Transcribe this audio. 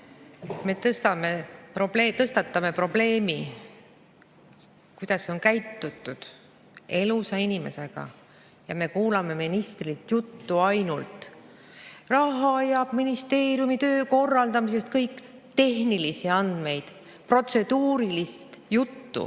me tõstatame probleemi, kuidas on käitutud elusa inimesega, ja me kuuleme ministrilt ainult juttu rahast ja ministeeriumi töö korraldamisest, tehnilisi andmeid, protseduurilist juttu,